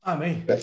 Amém